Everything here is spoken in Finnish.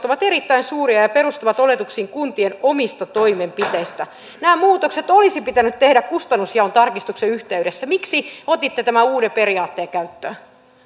ovat erittäin suuria ja perustuvat oletuksiin kuntien omista toimenpiteistä nämä muutokset olisi pitänyt tehdä kustannusjaon tarkistuksen yhteydessä miksi otitte tämän uuden periaatteen käyttöön